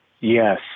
Yes